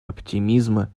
оптимизма